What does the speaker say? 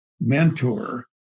mentor